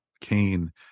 Cain